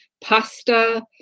pasta